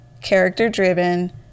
character-driven